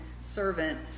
servant